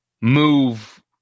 move